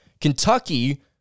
Kentucky